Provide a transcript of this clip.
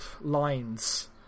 lines